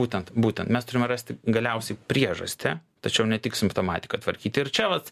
būtent būtent mes turime rasti galiausiai priežastį tačiau ne tik simptomatiką tvarkyti ir čia vat